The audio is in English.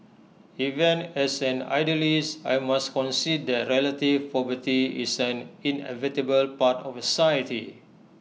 even as an idealist I must concede that relative poverty is an inevitable part of society